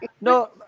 No